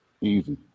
Easy